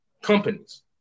companies